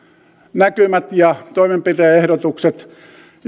näkymät ja toimenpide ehdotukset